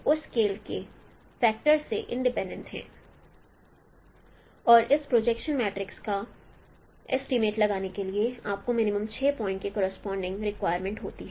फिर इस 11 में से 5 इंट्रिंसिक पैरामीटर और 6 एक्स्ट्रिंसिक पैरामीटर हैं और इस प्रोजेक्शन मैट्रिक्स का एस्टीमेट लगाने के लिए आपको मिनिमम 6 पॉइंट के कॉरस्पॉडिंग रिक्वायरमेंट होती है